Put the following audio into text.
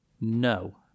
No